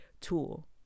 tool